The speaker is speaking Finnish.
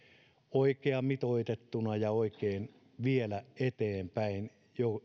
oikein mitoitettuna ja oikein viedä eteenpäin